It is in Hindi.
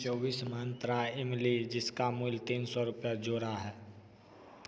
चौबीस मंत्रा इमली जिसका मूल्य तीन सौ रूपये जोड़ा है